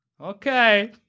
Okay